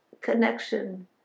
connection